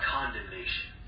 condemnation